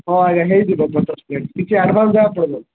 ହଁ ଆଜ୍ଞା ହେଇଯିବ ପଚାଶ ପ୍ଲେଟ୍ କିଛି ଆଡ଼ଭାନ୍ସ୍ ଦେବାକୁ ପଡ଼ିବ